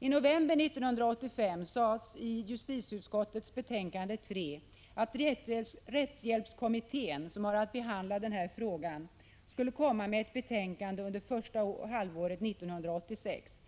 I november 1985 sades i justitieutskottets betänkande 3 att rättshjälpskommittén, som har att behandla denna fråga, skulle lägga fram ett betänkande under första halvåret 1986.